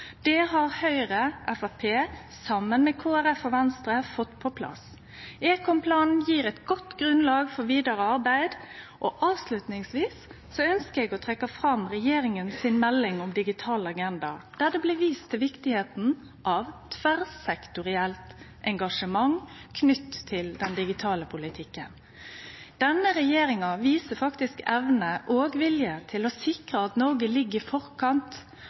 Det har Høgre og Framstegspartiet, saman med Kristeleg Folkeparti og Venstre, fått på plass. Ekomplanen gjev eit godt grunnlag for vidare arbeid. Avslutningsvis ønskjer eg å trekkje fram regjeringa si melding Digital agenda, der det blir vist til kor viktig det er med tverrsektorielt engasjement knytt til den digitale politikken. Denne regjeringa viser evne og vilje til å sikre at Noreg ligg i forkant